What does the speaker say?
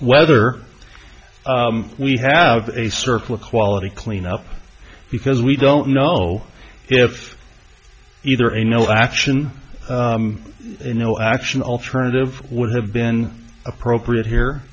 whether we have a circle of quality cleanup because we don't know if either a no action no action alternative would have been appropriate here